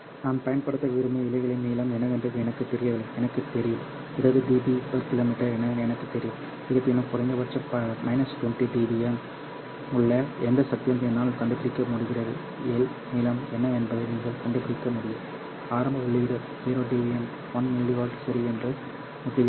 நான் பயன்படுத்த விரும்பும் இழைகளின் நீளம் என்னவென்று எனக்குத் தெரியவில்லை எனக்குத் தெரியும் 20dBkm என எனக்குத் தெரியும் இருப்பினும் குறைந்தபட்சம் 20 dBm உள்ள எந்த சக்தியையும் என்னால் கண்டுபிடிக்க முடிகிறது L நீளம் என்ன என்பதை நீங்கள் கண்டுபிடிக்க முடியும் ஆரம்ப உள்ளீடு 0 dBm 1mw சரி என்று ஒத்திருக்கிறது